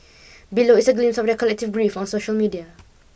below is a glimpse of their collective grief on social media